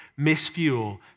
misfuel